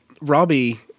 Robbie